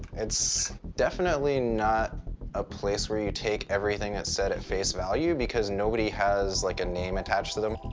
it's definitely not a place where you take everything that's said at face value, because nobody has like a name attached to them.